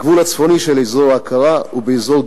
הגבול הצפוני של אזור ההכרה הוא באזור גבעת-ישעיהו.